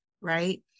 right